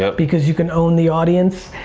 but because you can own the audience.